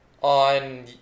on